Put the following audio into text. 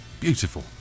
Beautiful